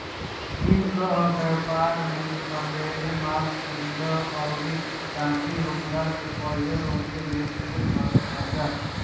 दिन कअ व्यापार में सबेरे माल खरीदअ अउरी सांझी होखला से पहिले ओके बेच के घरे आजा